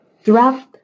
Throughout